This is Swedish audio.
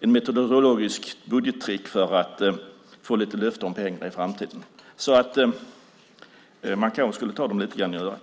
ett budgettrick för att få lite löften om pengar i framtiden. Man kanske skulle ta dem lite grann i örat.